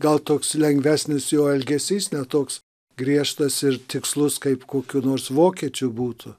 gal toks lengvesnis jo elgesys ne toks griežtas ir tikslus kaip kokių nors vokiečių būtų